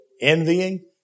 envying